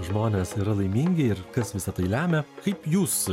žmonės yra laimingi ir kas visa tai lemia kaip jūs